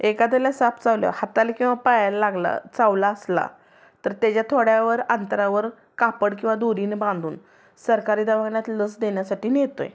एखाद्याला साप चावल्यावर हाताला किंवा पायाला लागला चावला असला तर त्याच्या थोड्या वर अंतरावर कापड किंवा दोरीनं बांधून सरकारी दवाखान्यात लस देण्यासाठी नेतो आहे